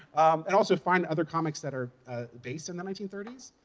and also find other comics that are based in the nineteen thirty s.